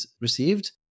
received